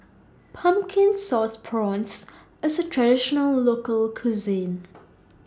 Pumpkin Sauce Prawns IS A Traditional Local Cuisine